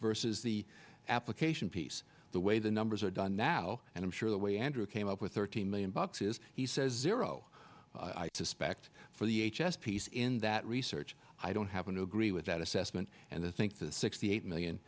versus the application piece the way the numbers are done now and i'm sure the way andrew came up with thirteen million bucks is he says zero i suspect for the h s piece in that research i don't happen to agree with that assessment and i think the sixty eight million